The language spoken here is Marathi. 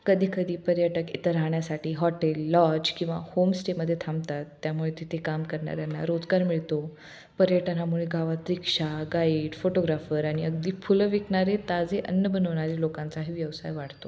कधीकधी पर्यटक इतं राहण्यासाठी हॉटेल लॉज किंवा होमस्टेमध्ये थांबतात त्यामुळे तिथे काम करणाऱ्यांना रोजगार मिळतो पर्यटनामुळे गावात रिक्षा गाईड फोटोग्राफर आणि अगदी फुलं विकणारे ताजे अन्न बनवणारे लोकांचाही व्यवसाय वाढतो